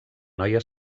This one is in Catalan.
noia